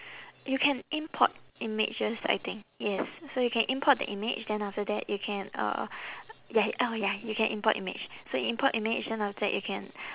you can import images I think yes so you can import the image then after that you can uh ya oh ya you can import image so import image then after that you can